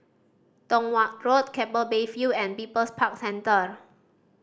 Tong Watt Road Keppel Bay View and People's Park Centre